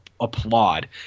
applaud